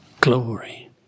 glory